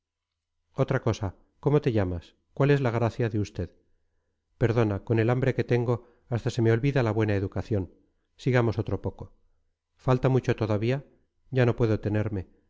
otra cosa cómo te llamas cuál es la gracia de usted perdona con el hambre que tengo hasta se me olvida la buena educación sigamos otro poco falta mucho todavía ya no puedo tenerme